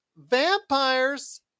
Vampires